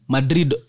Madrid